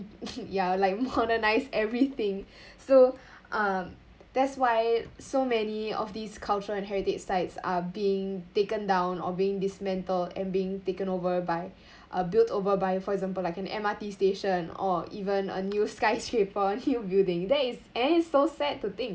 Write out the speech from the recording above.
ya like modernise everything so um that's why so many of these cultural and heritage sites are being taken down or being dismantled and being taken over by uh built over by for example like an M_R_T station or even a new skyscraper new buildings that is and so sad to think